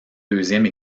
deuxième